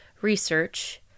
research